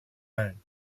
own